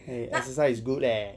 eh exercise is good leh